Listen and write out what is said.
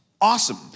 Awesome